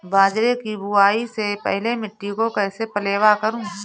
बाजरे की बुआई से पहले मिट्टी को कैसे पलेवा करूं?